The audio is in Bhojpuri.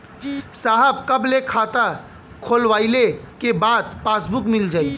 साहब कब ले खाता खोलवाइले के बाद पासबुक मिल जाई?